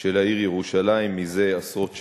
של העיר ירושלים מזה עשרות שנים.